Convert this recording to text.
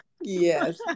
Yes